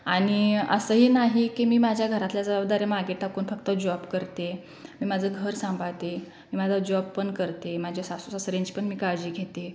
आणि असंही नाही की मी माझ्या घरातल्या जबाबदाऱ्या मागे टाकून फक्त जॉब करते मी माझं घर सांभाळते मी माझा जॉब पण करते माझ्या सासू सासऱ्यांची पण मी काळजी घेते